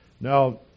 now